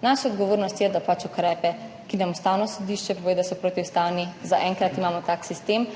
Naša odgovornost je, da ukrepe, za katere nam Ustavno sodišče pove, da so protiustavni – zaenkrat imamo tak sistem,